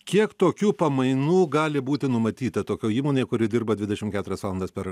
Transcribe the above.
kiek tokių pamainų gali būti numatyta tokioj įmonėj kuri dirba dvidešim keturias valandas per